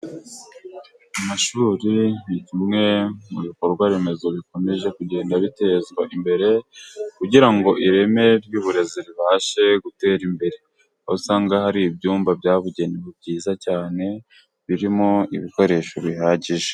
Amashuri ni kimwe mu bikorwa remezo bikomeje kugenda bitezwa imbere， kugira ngo ireme ry'uburezi ribashe gutera imbere， aho usanga hari ibyumba byabugenewe byiza cyane， birimo ibikoresho bihagije.